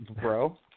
bro